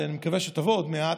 שאני מקווה שתבוא עוד מעט,